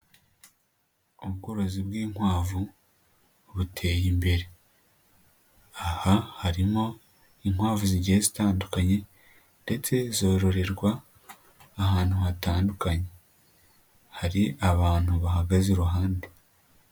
Ubworozi bw'inkwavu buteye imbere, aha harimo inkwavu zigenda zitandukanye ndetse zororerwa ahantu hatandukanye, hari abantu bahagaze iruhande.